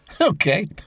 Okay